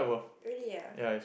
really ah